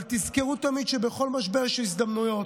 אבל תזכרו תמיד שבכל משבר יש הזדמנויות,